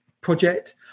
project